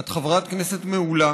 את חברת כנסת מעולה,